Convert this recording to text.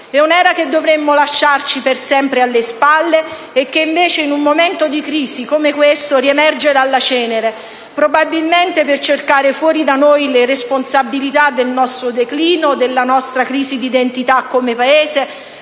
È un'era che dovremmo lasciarci per sempre alle spalle e che invece, in un momento di crisi come quello attuale, riemerge dalla cenere, probabilmente per cercare fuori da noi le responsabilità del nostro declino, della nostra crisi d'identità come Paese,